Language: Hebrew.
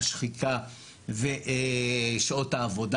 השחיקה ושעות העבודה?